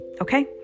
Okay